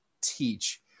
teach